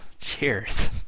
cheers